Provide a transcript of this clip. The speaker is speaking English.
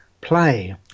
Play